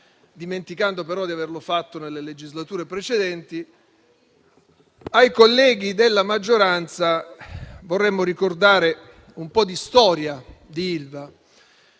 dimenticando però di averlo fatto nelle legislature precedenti. Ai colleghi della maggioranza vorremmo ricordare un po' di storia di Ilva,